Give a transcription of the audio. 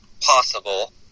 possible